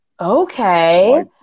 Okay